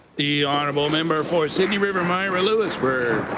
the honourable member for sydney river myra lewisburg.